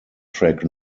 trek